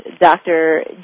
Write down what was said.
Dr